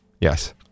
Yes